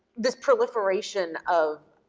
this proliferation of